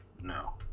No